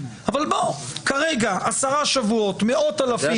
אבל בוא כרגע עשרה שבועות מאות אלפים.